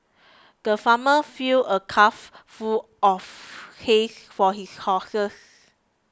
the farmer filled a trough full of hay for his horses